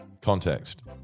Context